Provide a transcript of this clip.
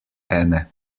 ene